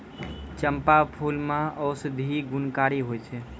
चंपा फूल मे औषधि गुणकारी होय छै